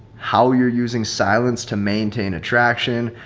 how you're using silence to maintain attraction,